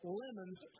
lemons